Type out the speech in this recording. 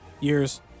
year's